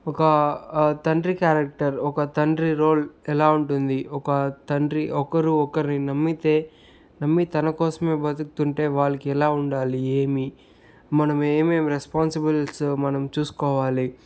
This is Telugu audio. ఒక తండ్రి క్యారెక్టర్ ఒక తండ్రి రోల్ ఎలా ఉంటుంది ఒక తండ్రి ఒకరు ఒకరిని నమ్మితే నమ్మి తనకోసమే బతుకుతుంటే వాళ్ళకి ఎలా ఉండాలి ఏమి మనం ఏమేమి రెస్పాన్సిబుల్స్ మనం చూసుకోవాలి